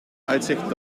uitzicht